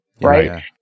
Right